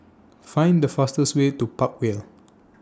Find The fastest Way to Park Vale